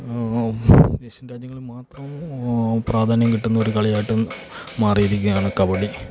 Asian രാജ്യങ്ങളിൽ മാത്രം പ്രാധാന്യം കിട്ടുന്ന ഒരു കളിയായിട്ടും മാറിയിരിക്കുകയാണ് കബഡി